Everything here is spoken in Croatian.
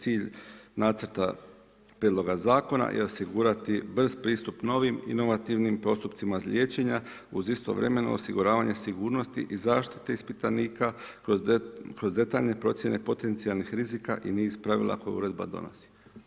Cilj nacrta prijedloga zakona je osigurati brz pristup novim, inovativnim postupcima liječenja uz istovremeno osiguravanje sigurnosti i zaštite ispitanika kroz detaljne procjene potencijalnih rizika i niz pravila koje uredba donosi.